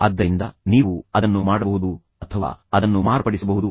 ಆದ್ದರಿಂದ ನೀವು ಅದನ್ನು ಮಾಡಬಹುದು ಅಥವಾ ಅದನ್ನು ಮಾರ್ಪಡಿಸಬಹುದು